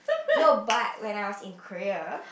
no but when I was in Korea